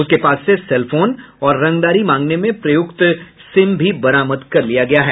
उसके पास से सेलफोन और रंगदारी मांगने में प्रयुक्त सिम भी बरामद कर लिया गया है